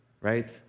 right